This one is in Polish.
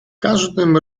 każdym